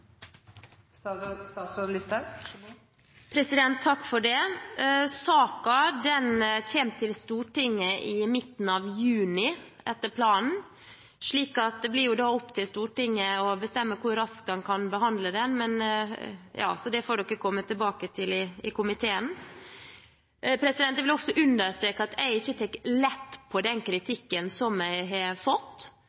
til Stortinget i midten av juni, etter planen, så det blir da opp til Stortinget å bestemme hvor raskt det kan behandle den. Det får en komme tilbake til i komiteen. Jeg vil også understreke at jeg ikke tar lett på den